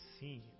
seen